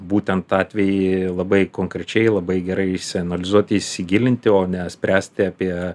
būtent atvejį labai konkrečiai labai gerai išsianalizuoti įsigilinti o ne spręsti apie